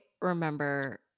remember